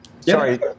Sorry